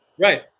Right